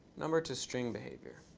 number to string behavior.